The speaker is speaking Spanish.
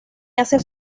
hace